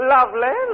Lovely